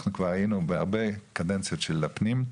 הייתי בכמה קדנציות של ועדת הפנים,